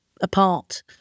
apart